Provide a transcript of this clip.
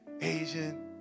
Asian